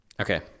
okay